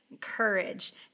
courage